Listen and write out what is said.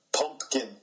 Pumpkin